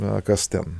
na kas ten